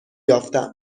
یافتم